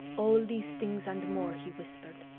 all these things and more he whispered,